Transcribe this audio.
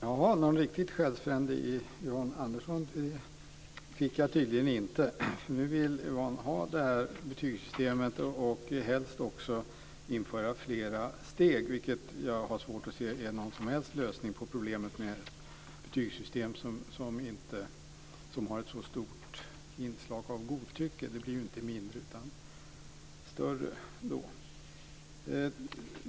Fru talman! Någon själsfrände i Yvonne Andersson fick jag tydligen inte, eftersom hon vill ha det här betygssystemet och helst också införa flera steg, vilket jag har svårt att se som någon som helst lösning på problemet med ett betygssystem som har ett så stort inslag av godtycke. Godtycket blir ju inte mindre utan större.